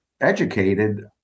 educated